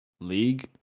League